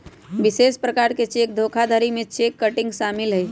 विशेष प्रकार के चेक धोखाधड़ी में चेक किटिंग शामिल हइ